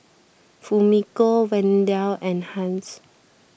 Fumiko Wendell and Hans